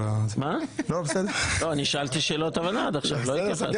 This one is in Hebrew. לא, שאלתי שאלות הבנה עד עכשיו, לא התייחסתי.